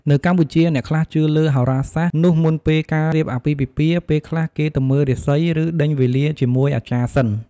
នៅកម្ពុជាអ្នកខ្លះជឿលើហោរាសាស្រ្ត នោះមុនពេលការរៀបអាពាហ៍ពិពាហ៍ ពេលខ្លះគេទៅមើលរាសី ឬដេញវេលាជាមួយអាចារ្យសិន។